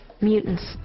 Mutants